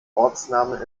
ortsnamen